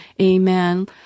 Amen